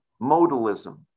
modalism